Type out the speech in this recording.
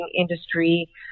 industry